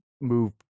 move